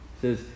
says